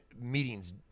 meetings